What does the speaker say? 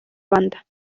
banda